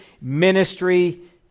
ministry